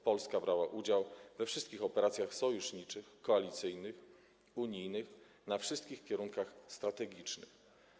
Polska brała udział we wszystkich operacjach sojuszniczych, koalicyjnych, unijnych, na wszystkich kierunkach strategicznych.